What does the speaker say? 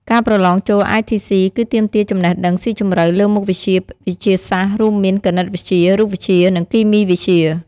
ការប្រឡងចូល ITC គឺទាមទារចំណេះដឹងស៊ីជម្រៅលើមុខវិជ្ជាវិទ្យាសាស្ត្រ រួមមាន គណិតវិទ្យា រូបវិទ្យា និងគីមីវិទ្យា។